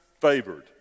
favored